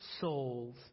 souls